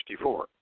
1964